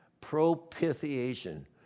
Propitiation